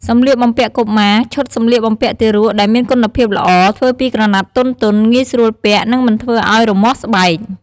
សម្លៀកបំពាក់កុមារ ឈុតសម្លៀកបំពាក់ទារកដែលមានគុណភាពល្អ ធ្វើពីក្រណាត់ទន់ៗ ងាយស្រួលពាក់ និងមិនធ្វើឲ្យរមាស់ស្បែក។